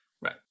Right